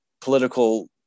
political